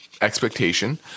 expectation